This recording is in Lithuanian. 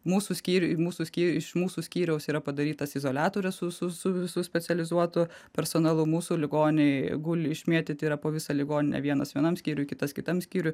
mūsų skyrių ir mūsų skyrių iš mūsų skyriaus yra padarytas izoliatorius su su su visu specializuotu personalu mūsų ligoninėj guli išmėtyti yra po visą ligoninę vienas vienam skyriuj kitas kitam skyriui